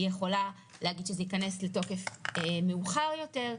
היא יכולה להחליט שזה יכנס לתוקף מאוחר יותר,